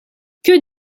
que